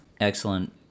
excellent